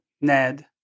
Ned